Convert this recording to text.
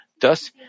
Thus